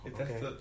okay